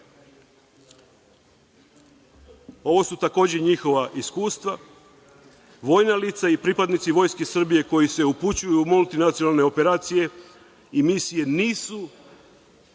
ovo su takođe njihova iskustva, vojna lica i pripadnici Vojske Srbije koji se upućuju u multinacionalne operacije i misije nisu,